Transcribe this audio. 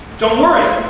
don't worry.